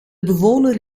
bewoner